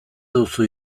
duzu